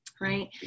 right